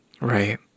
Right